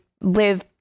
live